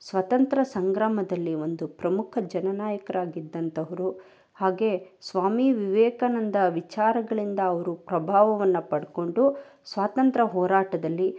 ಸ್ವತಂತ್ರ ಸಂಗ್ರಾಮದಲ್ಲಿ ಒಂದು ಪ್ರಮುಖ ಜನನಾಯಕ್ರು ಆಗಿದ್ದಂಥವ್ರು ಹಾಗೇ ಸ್ವಾಮಿ ವಿವೇಕಾನಂದ ವಿಚಾರಗಳಿಂದ ಅವರು ಪ್ರಭಾವವನ್ನು ಪಡಕೊಂಡು ಸ್ವಾತಂತ್ರ್ಯ ಹೋರಾಟದಲ್ಲಿ